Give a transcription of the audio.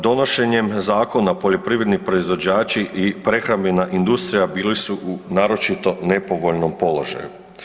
Donošenjem Zakona, poljoprivredni proizvođači i prehrambena industrija bili su u naročito nepovoljnom položaju.